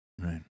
right